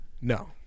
no